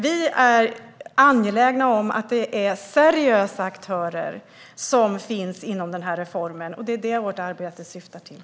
Vi är angelägna om att det är seriösa aktörer som finns inom den här reformen, och det är det vårt arbete syftar till.